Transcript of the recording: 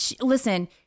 listen